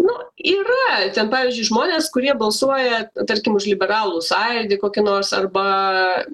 nu yra ten pavyzdžiui žmonės kurie balsuoja tarkim už liberalų sąjūdį kokį nors arba